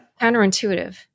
counterintuitive